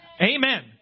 Amen